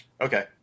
Okay